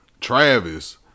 Travis